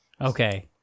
Okay